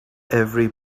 every